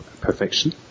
perfection